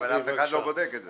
אבל אף אחד לא בודק את זה.